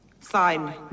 Sign